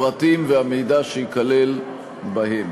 הפרטים והמידע שייכלל בהם.